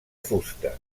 fusta